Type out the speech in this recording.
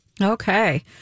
Okay